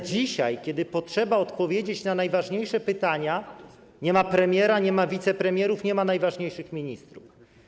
Dzisiaj, kiedy potrzeba odpowiedzieć na najważniejsze pytania, nie ma premiera, nie ma wicepremierów, nie ma najważniejszych ministrów.